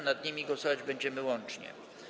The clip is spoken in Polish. Nad nimi głosować będziemy łącznie.